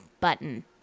button